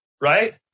right